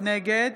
נגד